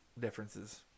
differences